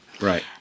right